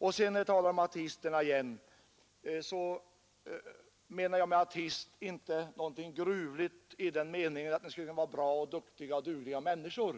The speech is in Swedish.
Med begreppet ateister menade jag inte något gruvligt i den meningen att de inte i och för sig skulle kunna vara bra, duktiga och dugliga människor.